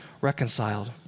reconciled